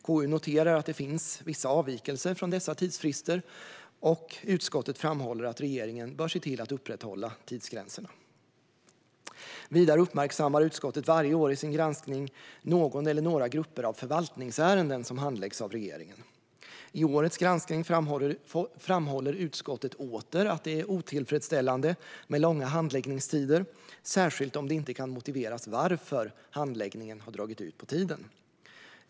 KU noterar att det finns vissa avvikelser från dessa tidsfrister, och utskottet framhåller att regeringen bör se till att upprätthålla tidsgränserna. Vidare uppmärksammar utskottet varje år i sin granskning någon grupp eller några grupper av förvaltningsärenden som handläggs av regeringen. I årets granskning framhåller utskottet åter att det är otillfredsställande med långa handläggningstider, särskilt om det inte kan motiveras varför handläggningen har dragit ut på tiden.